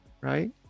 right